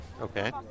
Okay